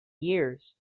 years